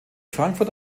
frankfurt